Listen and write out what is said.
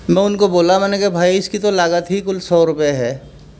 میں ان کو بولا میں نے کہ بھائی اس کی تو لاگت ہی کل سو روپئے ہے